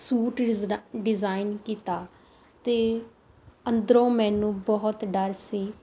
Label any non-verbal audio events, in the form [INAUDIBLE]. suit [UNINTELLIGIBLE] design ਕੀਤਾ ਅਤੇ ਅੰਦਰੋਂ ਮੈਨੂੰ ਬਹੁਤ ਡਰ ਸੀ